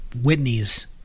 Whitney's